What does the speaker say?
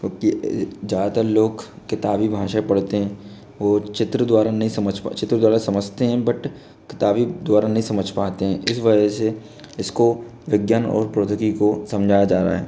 क्योंकि ज़्यादातर लोग किताबी भाषा पढ़ते हैं वो चित्र द्वारा नहीं समझ पा चित्र द्वारा समझते हैं बट किताबी द्वारा नहीं समझ पाते हैं इस वजह से इसको विज्ञान और प्रौद्योगिकी को समझाया जा रहा है